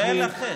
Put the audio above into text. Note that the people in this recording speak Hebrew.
אבל זה סתם.